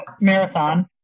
marathon